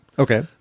Okay